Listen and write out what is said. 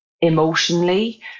emotionally